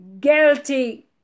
guilty